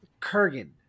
Kurgan